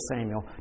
Samuel